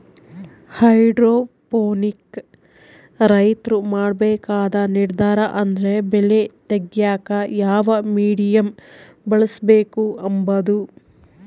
hydroponic ರೈತ್ರು ಮಾಡ್ಬೇಕಾದ ನಿರ್ದಾರ ಅಂದ್ರ ಬೆಳೆ ತೆಗ್ಯೇಕ ಯಾವ ಮೀಡಿಯಮ್ ಬಳುಸ್ಬಕು ಅಂಬದು